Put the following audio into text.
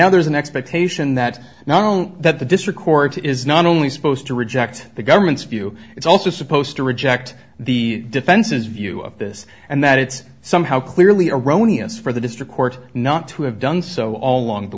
now there's an expectation that now i don't that the district court is not only supposed to reject the government's view it's also supposed to reject the defense's view of this and that it's somehow clearly erroneous for the district court not to have done so all along the